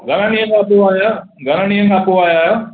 घणनि ॾींहंनि खां पोइ आहिया घणनि ॾींहंनि खां पोइ आया आहियो